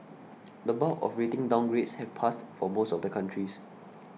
the bulk of rating downgrades have passed for most of the countries